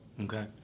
okay